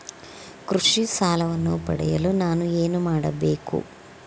ಕೃಷಿ ಸಾಲವನ್ನು ಪಡೆಯಲು ನಾನು ಏನು ಮಾಡಬೇಕು?